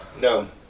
No